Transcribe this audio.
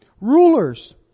Rulers